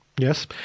Yes